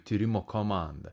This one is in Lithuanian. tyrimo komanda